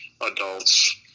adults